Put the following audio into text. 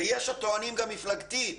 ויש הטוענים גם מפלגתית,